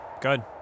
good